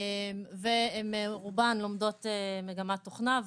רובן לומדות מגמת תוכנה.